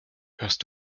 hörst